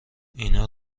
اینا